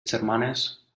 germanes